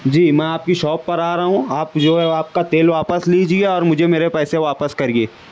جی میں آپ کی شاپ پر آ رہا ہوں آپ مجھے وہ آپ کا تیل واپس لیجیے اور مجھے میرے پیسے واپس کریئے